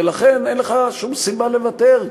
ולכן אין לך שום סיבה לוותר,